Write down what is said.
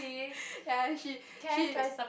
ya she she